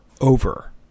over